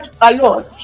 alone